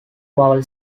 vowel